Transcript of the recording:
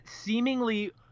seemingly